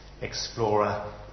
explorer